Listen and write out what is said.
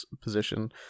position